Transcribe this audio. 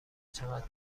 چقدر